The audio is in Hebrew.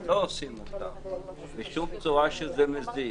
אבל לא עושים אותן בשום צורה שזה מזיק.